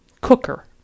cooker